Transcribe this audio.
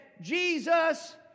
Jesus